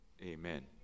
Amen